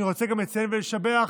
אני רוצה גם לציין ולשבח,